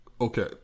Okay